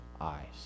eyes